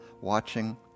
watching